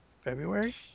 february